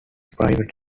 private